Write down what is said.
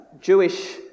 Jewish